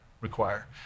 require